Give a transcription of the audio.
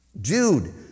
Jude